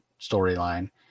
storyline